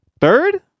Third